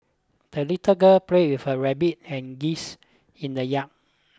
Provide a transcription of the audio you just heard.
the little girl played with her rabbit and geese in the yard